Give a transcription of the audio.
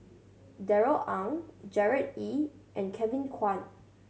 Darrell Ang Gerard Ee and Kevin Kwan